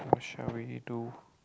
shall we do